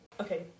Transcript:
Okay